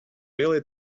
really